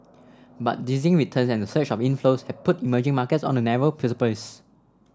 but dizzying returns and a surge of inflows have put emerging markets on a narrow precipice